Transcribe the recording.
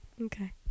Okay